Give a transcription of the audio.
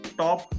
top